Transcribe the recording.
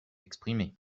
exprimer